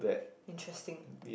interesting